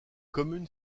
commune